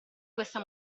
questa